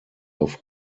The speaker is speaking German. auf